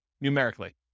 numerically